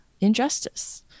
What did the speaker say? injustice